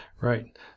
Right